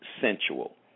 sensual